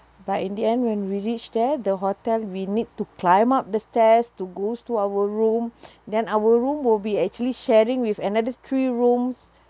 but in the end when we reach there the hotel we need to climb up the stairs to goes to our room then our room will be actually sharing with another three rooms